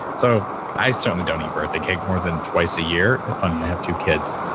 so i certainly don't eat birthday cake more than twice a year. funny, i have two kids.